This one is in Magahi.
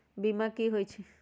बीमा कि होई छई?